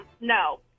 no